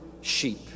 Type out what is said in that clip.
sheep